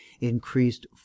increased